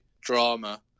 drama